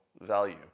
value